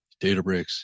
Databricks